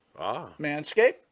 manscape